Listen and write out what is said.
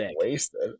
wasted